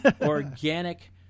organic